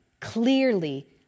clearly